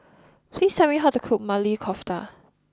please tell me how to cook Maili Kofta